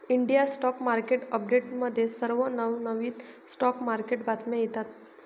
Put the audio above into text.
India stock market अपडेट्समध्ये सर्व नवनवीन स्टॉक मार्केट बातम्या येतात